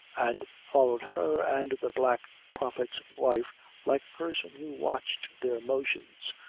and followed her and the black prophet's wife like a person who watched their motions,